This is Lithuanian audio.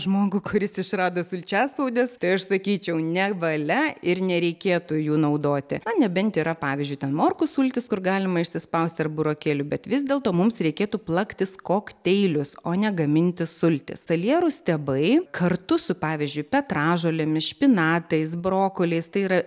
žmogų kuris išrado sulčiaspaudes tai aš sakyčiau nevalia ir nereikėtų jų naudoti na nebent yra pavyzdžiui ten morkų sultis kur galima išspausti ar burokėlių bet vis dėlto mums reikėtų plaktis kokteilius o ne gaminti sultis salierų stiebai kartu su pavyzdžiui petražolėmis špinatais brokoliais tai yra